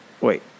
Wait